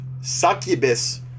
succubus